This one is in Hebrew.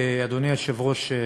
אדוני היושב-ראש,